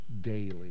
daily